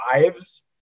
lives